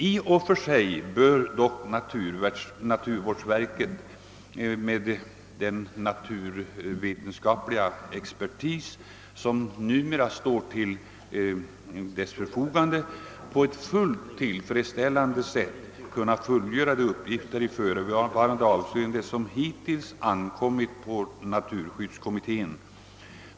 I och för sig bör dock naturvårdsverket, med den naturvetenskapliga expertis som nume ra står till dess förfogande, på ett fullt tillfredsställande sätt kunna fullgöra de uppgifter i förevarande avseende som hittills ankommit på naturskyddskommittén.